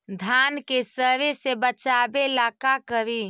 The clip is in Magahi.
धान के सड़े से बचाबे ला का करि?